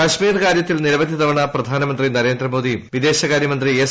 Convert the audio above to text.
കശ്മീർ കാര്യത്തിൽ നിരവധി തവണൂപ്പ്ൽനമന്ത്രി നരേന്ദ്ര മോദിയും വിദേശകാര്യമന്ത്രി എസ്